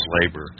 labor